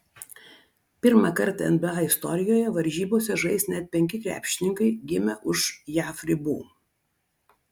pirmąkart nba istorijoje varžybose žais net penki krepšininkai gimę už jav ribų